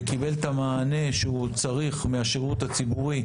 שקיבל את המענה שהוא צריך מהשירות הציבורי.